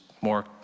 more